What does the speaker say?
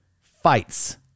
fights